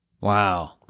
Wow